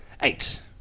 eight